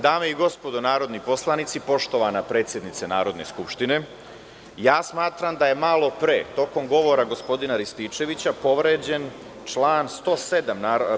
Dame i gospodo narodni poslanici, poštovana predsednice Narodne skupštine, smatram da je malopre tokom govora gospodina Rističevića povređen član 107.